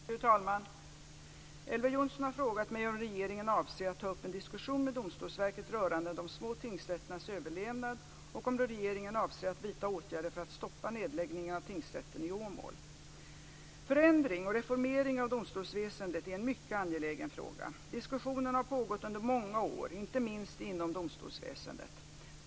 Fru talman! Elver Jonsson har frågat mig om regeringen avser att ta upp en diskussion med Domstolsverket rörande de små tingsrätternas överlevnad och om regeringen avser att vidta åtgärder för att stoppa nedläggningen av tingsrätten i Åmål. Förändring och reformering av domstolsväsendet är en mycket angelägen fråga. Diskussionen har pågått under många år, inte minst inom domstolsväsendet.